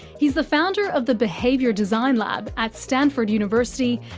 he's the founder of the behaviour design lab at stanford university,